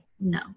no